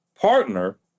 partner